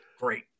great